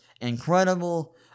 incredible